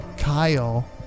kyle